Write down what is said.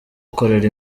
gukorera